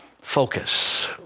Focus